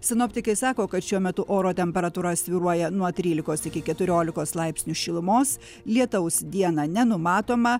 sinoptikai sako kad šiuo metu oro temperatūra svyruoja nuo trylikos iki keturiolikos laipsnių šilumos lietaus dieną nenumatoma